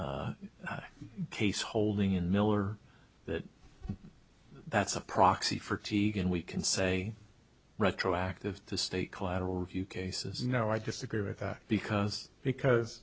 case holding in miller that that's a proxy for tikkun we can say retroactive to state collateral review cases no i disagree with that because because